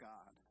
God